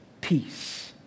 peace